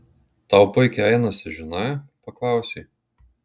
tau puikiai einasi žinai paklausė